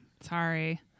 Sorry